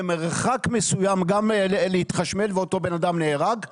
ממרחק מסוים להתחשמל ואותו בן אדם נהרג.